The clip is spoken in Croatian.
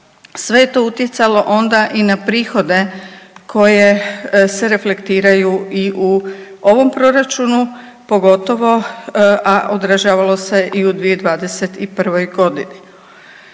Sve je to utjecalo onda i na prihode koje se reflektiraju i u ovom proračunu pogotovo, a odražavalo se i u 2021.g.